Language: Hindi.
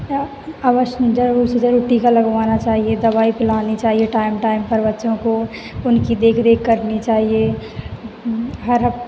और अवश्य जल्द से जल्द टीका लगवाना चाहिए दवाई पिलानी चाहिए टाइम टाइम पर बच्चों को उनकी देखरेख करनी चाहिए हर